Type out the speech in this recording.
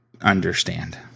understand